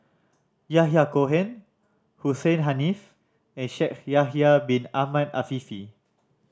Yahya Cohen Hussein Haniff and Shaikh Yahya Bin Ahmed Afifi